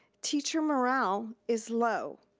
teacher morale is low.